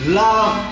love